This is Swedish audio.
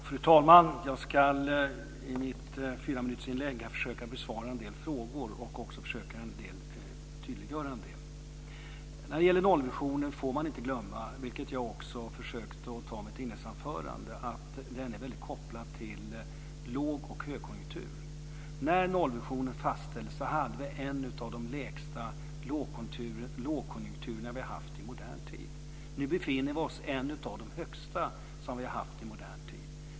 Fru talman! Jag ska i mitt fyraminutersinlägg försöka besvara en del frågor och också försöka tydliggöra en del. När det gäller nollvisionen får man inte glömma - vilket jag också försökte ta upp i mitt inledningsanförande - att den är kopplad till låg och högkonjunktur. När nollvisionen fastställdes hade vi en av de lägsta lågkonjunkturerna som vi har haft i modern tid. Nu befinner vi oss i en av de högsta konjunkturerna som vi har haft i modern tid.